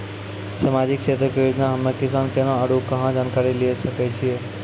समाजिक क्षेत्र के योजना हम्मे किसान केना आरू कहाँ जानकारी लिये सकय छियै?